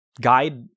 guide